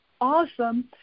awesome